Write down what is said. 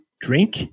drink